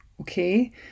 okay